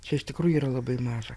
čia iš tikrųjų yra labai maža